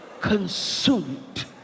consumed